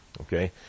okay